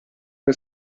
per